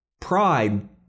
Pride